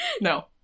No